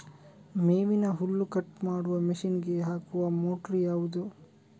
ಮೇವಿನ ಹುಲ್ಲು ಕಟ್ ಮಾಡುವ ಮಷೀನ್ ಗೆ ಹಾಕುವ ಮೋಟ್ರು ಯಾವುದು?